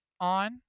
on